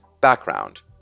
background